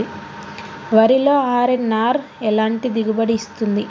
వరిలో అర్.ఎన్.ఆర్ ఎలాంటి దిగుబడి ఇస్తుంది?